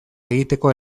egiteko